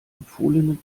empfohlene